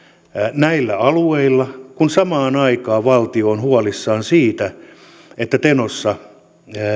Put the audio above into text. näillä alueilla niin samaan aikaan valtio on huolissaan siitä että tenossa